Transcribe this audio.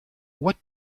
what